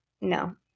no